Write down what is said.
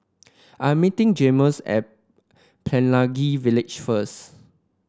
I'm meeting Jaymes at Pelangi Village first